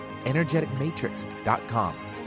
energeticmatrix.com